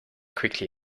quickly